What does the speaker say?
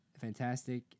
Fantastic